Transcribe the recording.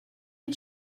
est